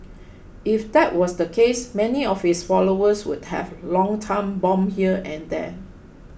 if that was the case many of his followers would have long time bomb here and there